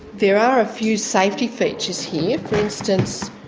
there are a few safety features here. for instance